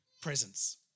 presence